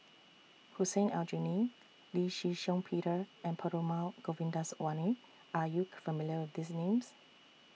Hussein Aljunied Lee Shih Shiong Peter and Perumal Govindaswamy Are YOU familiar with These Names